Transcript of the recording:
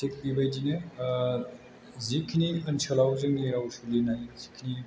थिग बेबायदिनो जिखिनि ओनसोलाव जोंनि राव सोलिनाय जिखिनि